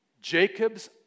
Jacob's